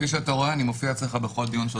כפי שאתה רואה, אני מופיע אצלך בכל דיון.